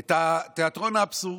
את תיאטרון האבסורד.